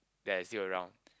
they're still around